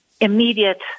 immediate